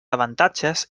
avantatges